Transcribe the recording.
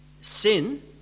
sin